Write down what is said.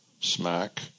Smack